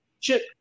chip